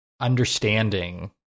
understanding